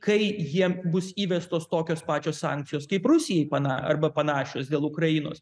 kai jiem bus įvestos tokios pačios sankcijos kaip rusijai pana arba panašios dėl ukrainos